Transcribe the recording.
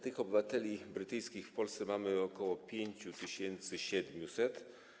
Tych obywateli brytyjskich w Polsce mamy ok. 5700.